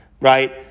right